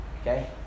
Okay